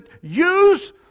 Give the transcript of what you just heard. use